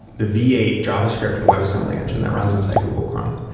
v eight javascript and webassembly engine that runs inside google chrome,